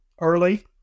early